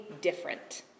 different